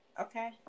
Okay